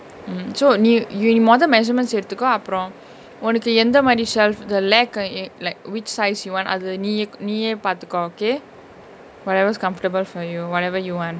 mm so நீ:nee you நீ மொத:nee motha measurements எடுத்துக்கோ அப்ரோ ஒனக்கு எந்தமாரி:eduthuko apro onaku enthamari shelves the leg ah eh like which size you want அது:athu neeyek~ நீயே பாத்துக்கோ:neeye paathuko okay whatever is comfortable for you whatever you want